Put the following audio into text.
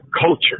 culture